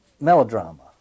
melodrama